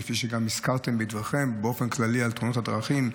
כפי שגם הזכרתם בדבריכם באופן כללי על תאונות הדרכים,